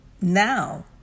Now